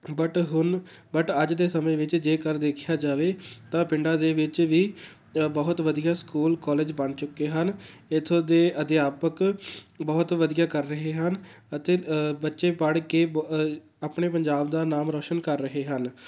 but ਹੁਣ but ਅੱਜ ਦੇ ਸਮੇਂ ਵਿੱਚ ਜੇਕਰ ਦੇਖਿਆ ਜਾਵੇ ਤਾਂ ਪਿੰਡਾਂ ਦੇ ਵਿੱਚ ਵੀ ਬਹੁਤ ਵਧੀਆ ਸਕੂਲ ਕੋਲੇਜ ਬਣ ਚੁੱਕੇ ਹਨ ਇੱਥੋਂ ਦੇ ਅਧਿਆਪਕ ਬਹੁਤ ਵਧੀਆ ਕਰ ਰਹੇ ਹਨ ਅਤੇ ਬੱਚੇ ਪੜ੍ਹ ਕੇ ਬ ਆਪਣੇ ਪੰਜਾਬ ਦਾ ਨਾਮ ਰੌਸ਼ਨ ਕਰ ਰਹੇ ਹਨ